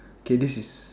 okay this is